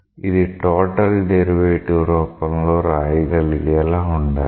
ఇది total derivative రూపంలో రాయగలిగే లా ఉండాలి